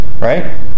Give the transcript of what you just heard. Right